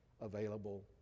available